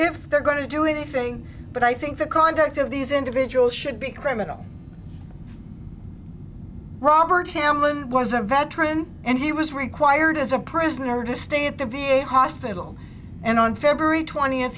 if they're going to do anything but i think the conduct of these individuals should be criminal robert hammond was a veteran and he was required as a prisoner to stay at the v a hospital and on february twentieth